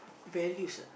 values ah